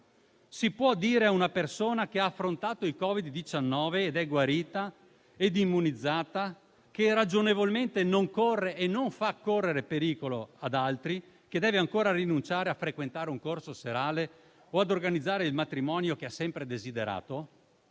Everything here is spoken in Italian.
Si può dire a una persona che ha affrontato il Covid-19 ed è guarita e immunizzata, che ragionevolmente non corre e non fa correre pericolo ad altri, che deve ancora rinunciare a frequentare un corso serale o organizzare il matrimonio che ha sempre desiderato?